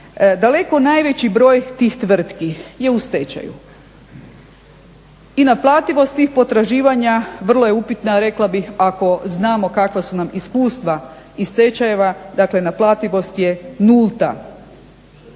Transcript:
Daleko najveći broj tih tvrtki je u stečaju. I naplativost tih potraživanja vrlo je upitna rekla bih ako znamo kakva su nam iskustva iz stečajeva, dakle naplativost je nulta.